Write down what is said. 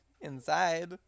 inside